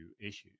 issues